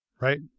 right